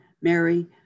Mary